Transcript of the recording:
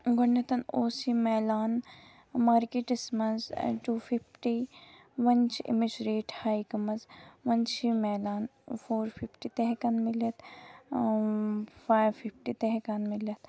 گۄڈٕنیتھ اوس یہِ ملان مارکیٹس منٛز ٹوٗ فِفٹی وۄنۍ چھِ اَمِچ ریٹ ہاے گٔمٕژ وۄنۍ چھُ یہِ ملان فور فِفٹی تہِ ہٮ۪کان مِلِتھ فایو فِفٹی تہِ ہٮ۪کان مِلِتھ